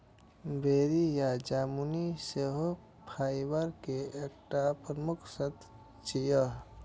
बेरी या जामुन सेहो फाइबर के एकटा प्रमुख स्रोत छियै